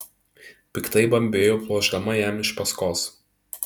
piktai bambėjau pluošdama jam iš paskos